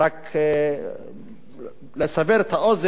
רק לסבר את האוזן,